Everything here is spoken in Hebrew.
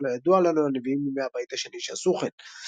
אך לא ידוע לנו על נביאים מימי הבית השני שעשו כן.